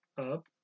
up